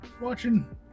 watching